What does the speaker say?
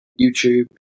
YouTube